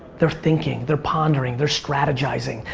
they're thinking, they're pondering, they're strategizing,